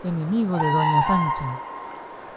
enemigo de doña sancha